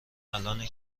الانه